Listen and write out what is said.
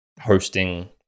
hosting